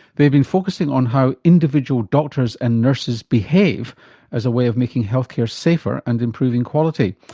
they've been focussing on how individual doctors and nurses behave as a way of making healthcare safer and improving quality.